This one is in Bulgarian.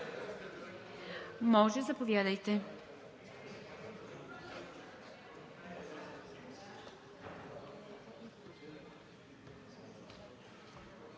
Може. Заповядайте,